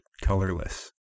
colorless